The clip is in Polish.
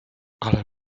ale